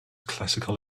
classical